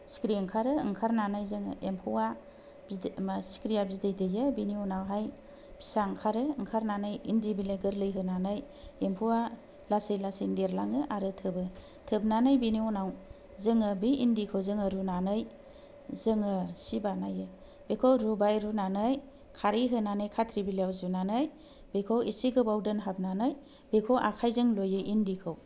सिख्रि ओंखारो ओंखारनानै जों एम्फौआ सिख्रिया बिदै दैयो बेनि उनाव हाय फिसा ओंखारो ओंखारनानै इन्दि बिलाइ गोरलै होनानै एम्फौआ लासै लासैनो देरलाङो आरो थोबो थोबनानै बिनि उनाव जोङो बे इन्दिखौ जोङो रुनानै जोङो सि बानायो बेखौ रुबाय रुनानै खारै होनानै खाथ्रि बिलाइ आव जुनानै बेखौ एसे गोबाव दोनहाबनानै बेखौ आखायजों लुयो इन्दिखौ